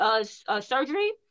surgery